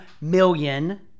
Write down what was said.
million